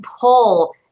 pull